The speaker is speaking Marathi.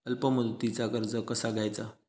अल्प मुदतीचा कर्ज कसा घ्यायचा?